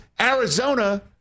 Arizona